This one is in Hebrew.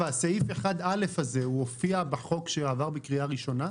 אגב, פסקה (1א) הופיעה בחוק שעבר בקריאה הראשונה?